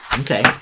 Okay